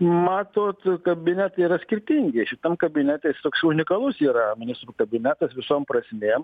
matot kabinetai yra skirtingi šitam kabinete jisai unikalus yra ministrų kabinetas visom prasmėm